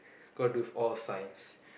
got to do with all science